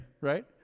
right